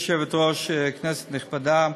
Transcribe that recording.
גברתי היושבת-ראש, כנסת נכבדה.